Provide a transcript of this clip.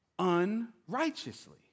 unrighteously